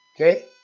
Okay